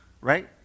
right